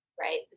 right